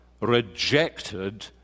rejected